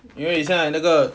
因为现在那个